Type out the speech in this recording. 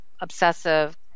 obsessive